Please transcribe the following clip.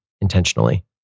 intentionally